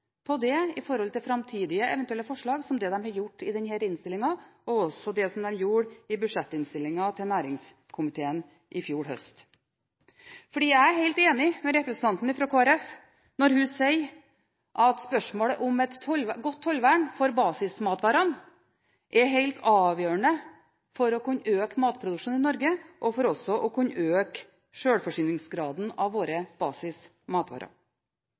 på dette med hensyn til framtidige eventuelle forslag som de har gjort i denne innstillingen, og som de også gjorde i budsjettinnstillingen til næringskomiteen i fjor høst. Jeg er helt enig med representanten fra Kristelig Folkeparti når hun sier at spørsmålet om et godt tollvern for basismatvarene er helt avgjørende for å kunne øke matproduksjonen i Norge, og også for å kunne øke sjølforsyningsgraden av våre basismatvarer.